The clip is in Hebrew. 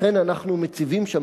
לכן אנחנו מציבים שם,